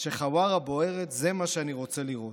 ש"חווארה בוערת זה מה שאני רוצה לראות".